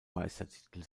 meistertitel